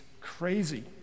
crazy